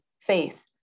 faith